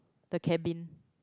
the cabin